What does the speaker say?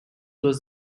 was